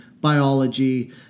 biology